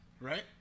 Right